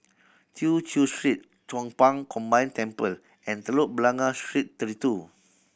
Tew Chew Street Chong Pang Combined Temple and Telok Blangah Street Thirty Two